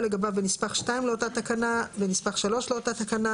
בפסקה (45),